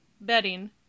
bedding